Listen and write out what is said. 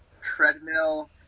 treadmill